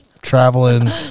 traveling